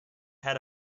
had